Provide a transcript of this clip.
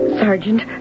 Sergeant